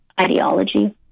ideology